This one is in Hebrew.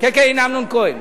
כן כן, הנה אמנון כהן.